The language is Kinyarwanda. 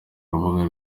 rubuga